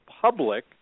public